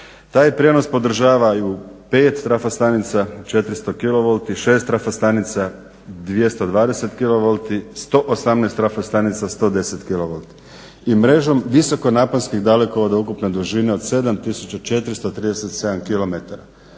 Taj prijenos podržavaju 5 trafostanica 400 kilovolti, 6 trafostanica 220 kilovolti, 118 trafostanica 110 kilovolti i mrežom visokonaponskih dalekovoda ukupne dužine od 7437 km.